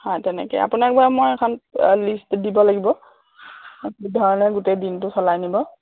হয় তেনেকে আপোনাক বাৰু মই এখন লিষ্ট দিব লাগিব কি ধৰণে গোটেই দিনটো চলাই নিব